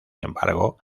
embargo